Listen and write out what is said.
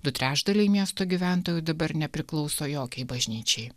du trečdaliai miesto gyventojų dabar nepriklauso jokiai bažnyčiai